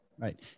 right